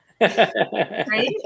Right